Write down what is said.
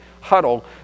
huddle